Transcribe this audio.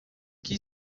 que